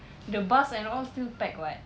the bus and all still pack [what]